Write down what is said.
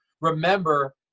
remember